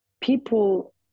people